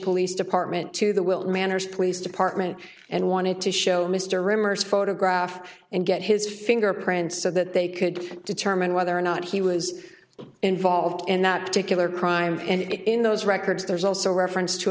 police department to the will manners police department and wanted to show mr rimmer's photograph and get his fingerprints so that they could determine whether or not he was involved in that particular crime and in those records there's also reference to